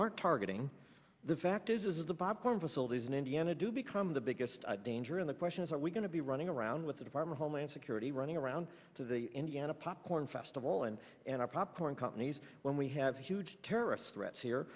are targeting the fact is the bob barr facilities in indiana do become the biggest danger in the question is are we going to be running around with the department homeland security running around to the indiana popcorn festival and and our popcorn companies when we have huge terrorist threats here